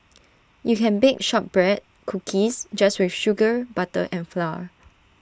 you can bake Shortbread Cookies just with sugar butter and flour